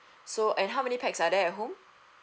so and how many pax are there at home